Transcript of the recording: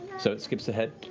so it skips ahead.